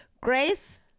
Grace